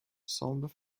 semble